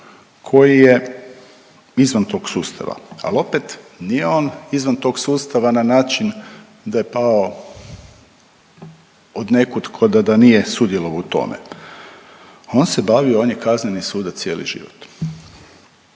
koji je izvan tog sustava, ali opet nije on izvan tog sustava na način da je pao odnekud ko da nije sudjelovao u tome. On se bavio i on je kazneni sudac cijeli život.